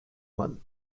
mann